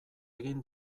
egin